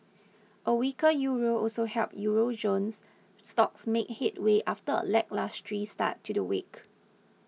a weaker Euro also helped Euro zones stocks make headway after a lacklustre start to the week